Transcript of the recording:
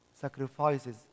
sacrifices